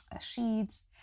sheets